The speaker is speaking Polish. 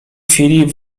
filip